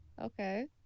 Okay